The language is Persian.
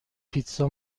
پیتزا